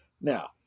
Now